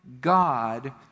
God